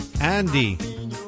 Andy